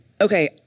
Okay